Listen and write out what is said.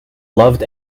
loved